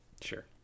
sure